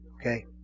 okay